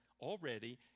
already